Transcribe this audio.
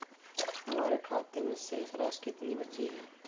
हमारे खाते में शेष राशि कितनी बची है?